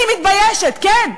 אני מתביישת, כן,